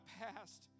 past